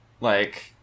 like-